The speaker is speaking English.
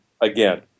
again